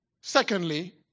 secondly